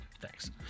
Thanks